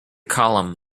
column